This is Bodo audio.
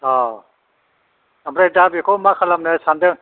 औ ओमफ्राय दा बेखौ मा खालामनो सानदों